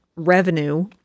revenue